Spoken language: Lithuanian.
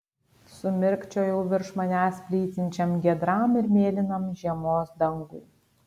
sumirkčiojau virš manęs plytinčiam giedram ir mėlynam žiemos dangui